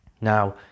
Now